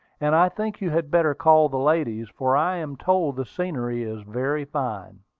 and i think you had better call the ladies, for i am told the scenery is very fine.